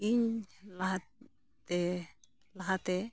ᱤᱧ ᱞᱟᱦᱟ ᱛᱮ ᱞᱟᱦᱟᱛᱮ